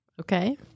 Okay